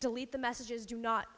delete the messages do not